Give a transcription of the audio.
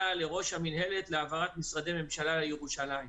לראש המינהלת להעברת משרדי הממשלה לירושלים.